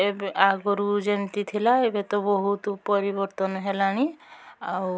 ଏବେ ଆଗରୁ ଯେମତି ଥିଲା ଏବେତ ବହୁତ ପରିବର୍ତ୍ତନ ହେଲାଣି ଆଉ